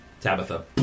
Tabitha